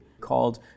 called